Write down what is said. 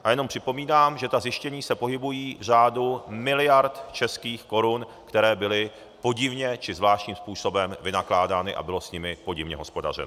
A jenom připomínám, že ta zjištění se pohybují v řádu miliard českých korun, které byly podivně či zvláštním způsobem vynakládány a bylo s nimi podivně hospodařeno.